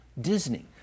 Disney